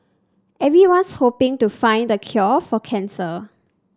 everyone's hoping to find the cure for cancer